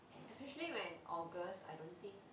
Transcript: especially when august I don't think